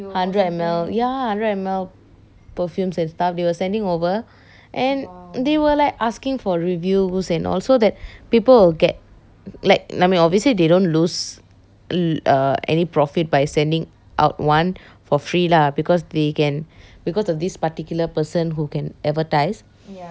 hundred M_L ya hundred M_L perfumes and stuff they were sending over and they were like asking for reviews and all so that people will get like I mean obviously they don't lose err any profit by sending out one for free lah because they can because of this particular person who can advertise